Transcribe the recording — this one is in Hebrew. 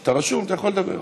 אתה רשום, אתה יכול לדבר.